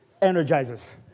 Energizes